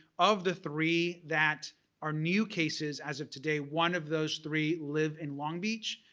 of the three that are new cases as of today, one of those three live in long beach.